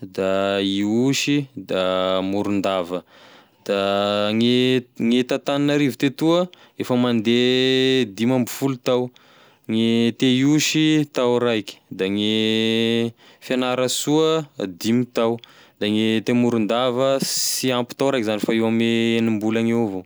da Ihosy da Morondava, gne ta Tananarivo tetoa efa mande dimy amby folo tao, gne teo Ihosy tao raiky da gne Fianarasoa dimy tao, da gne teo Morondava sy ampy tao raiky zany fa eo ame enim-bolagny eo avao.